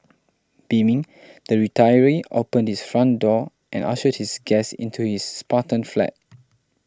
beaming the retiree opened his front door and ushered his guest into his spartan flat